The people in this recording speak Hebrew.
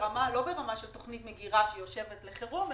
ברמה של תוכנית מגירה שיושבת לחירום,